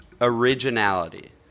originality